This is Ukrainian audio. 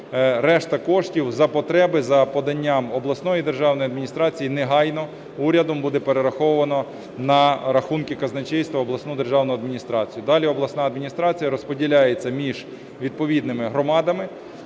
Решта коштів за потреби за поданням обласної державної адміністрації негайно урядом буде перераховано на рахунки казначейства в обласну державну адміністрацію. Далі обласна адміністрація розподіляє це між відповідними громадами.